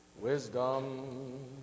wisdom